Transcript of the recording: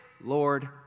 Lord